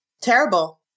Terrible